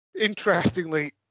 interestingly